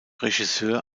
regisseur